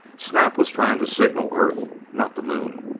snap was trying to signal earth, not the moon!